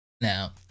Now